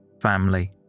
Family